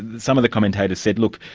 some of the commentators said, look,